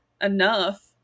enough